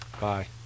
Bye